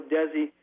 Desi